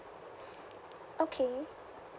okay